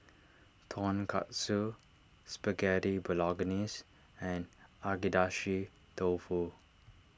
Tonkatsu Spaghetti Bolognese and Agedashi Dofu